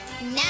Now